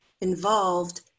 involved